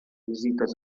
visites